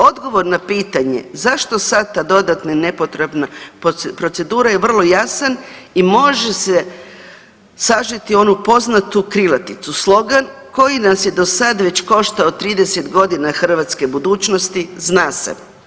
Odgovor na pitanje zašto sad ta dodatna i nepotrebna procedura je vrlo jasan i može se sažeti onu poznatu krilaticu, slogan koji nas je do sad već koštao 30 godina hrvatske budućnosti, zna se.